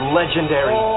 legendary